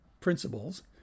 principles